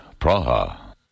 Praha